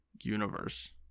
universe